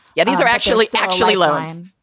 yeah. these are actually actually loans,